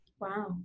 wow